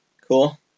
Cool